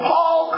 Paul